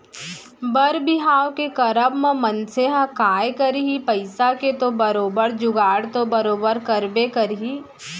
बर बिहाव के करब म मनसे ह काय करही पइसा के तो बरोबर जुगाड़ तो बरोबर करबे करही